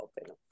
open